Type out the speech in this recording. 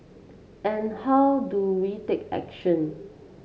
and how do we take action